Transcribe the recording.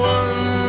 one